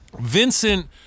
Vincent